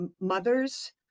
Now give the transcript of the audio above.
mothers